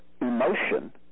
emotion